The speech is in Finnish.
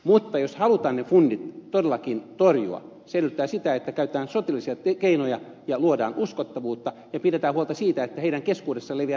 mutta jos halutaan ne fundit todellakin torjua se edellyttää sitä että käytetään sotilaallisia keinoja ja luodaan uskottavuutta ja pidetään huolta siitä että heidän keskuudessaan leviää tappiomieliala